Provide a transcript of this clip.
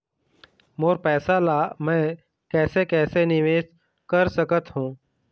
मोर पैसा ला मैं कैसे कैसे निवेश कर सकत हो?